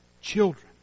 children